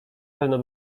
pewno